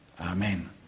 Amen